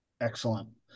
Excellent